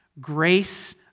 grace